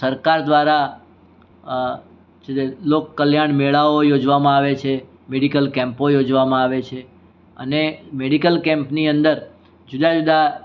સરકાર દ્વારા લોકકલ્યાણ મેળાઓ યોજવામાં આવે છે મેડિકલ કેમ્પો યોજવામાં આવે છે અને મેડિકલ કેમ્પની અંદર જુદા જુદા